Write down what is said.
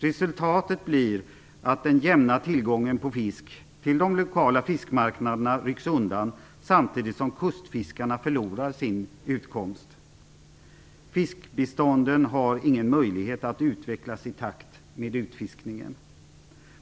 Resultatet blir att den jämna tillgången på fisk till de lokala fiskmarknaderna rycks undan, samtidigt som kustfiskarna förlorar sin utkomst. Fiskbestånden har ingen möjlighet att utvecklas i takt med utfiskningen.